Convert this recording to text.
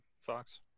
Fox